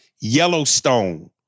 Yellowstone